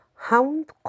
Hound